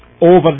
over